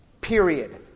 Period